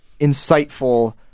insightful